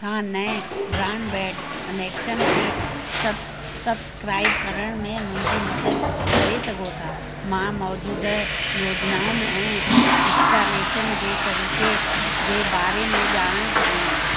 खां नए broadband connection खे सभु सब्सक्राइब करण में मुंहिंजी मददु करे सघो था मां मौजूदा योजनाउनि ऐं इंस्टॉलेशन जे तरीक़े जे बारे में ॼाणणु चाहियां थी